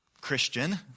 Christian